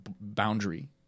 boundary